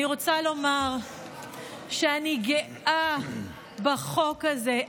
אני רוצה לומר שאני גאה בחוק הזה.